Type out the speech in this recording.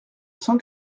cent